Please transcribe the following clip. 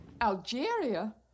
Algeria